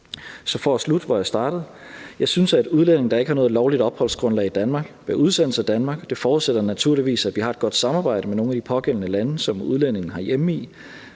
Så for at slutte, hvor jeg startede: Jeg synes, at udlændinge, der ikke har noget lovligt opholdsgrundlag i Danmark, bør udsendes af Danmark, og det forudsætter naturligvis, at vi har et godt samarbejde med nogle det pågældende land, som udlændingen har hjemme i,